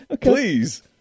Please